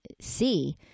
see